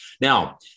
Now